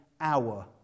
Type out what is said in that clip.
hour